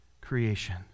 creation